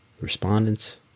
respondents